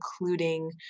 including